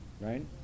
right